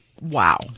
Wow